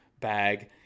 bag